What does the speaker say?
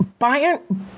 Bayern